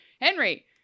Henry